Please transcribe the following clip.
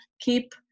Keep